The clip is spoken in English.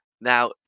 Now